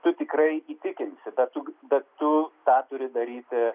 tu tikrai įtikinsi bet tu bet tu tą turi daryti